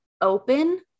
open